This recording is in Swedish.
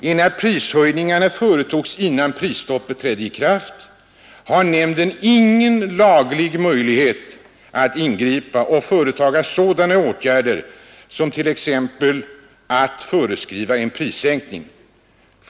Enär prishöjningarna företogs innan prisstoppet trädde i kraft, har nämnden ingen laglig möjlighet att ingripa och företaga sådana åtgärder som t.ex. att föreskriva en prissänkning.